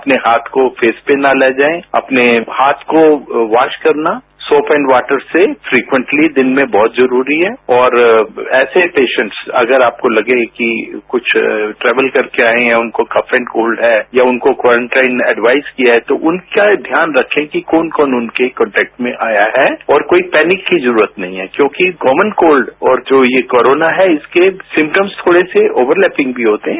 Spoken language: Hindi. अपने हाथ को फेस पर न ले जाएं अपने हाथ को वॉश करना शोप एंड वॉटर से फ्रीक्वेंटली दिन में बहुत जरूरी है और ऐसे पेशेन्ट्स अगर आपको लगे कि कुछ ट्रेवल करके आए हैं या उनको कफ एंड कोल्ड है या उनको क्वारंट टाइम एडवाइज किया है तो उनका ध्यान रखें कि कौन कौन उनके कांन्ट्रेक्ट में आया है और कोई पैनिक की जरूरत नहीं है क्योंकि कॉमन कोल्ड और जो ये कोरोना है उसके सिमटम्स थोडे से ओवर लेपिंग भी होते हैं